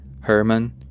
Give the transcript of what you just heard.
Herman